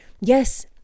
yes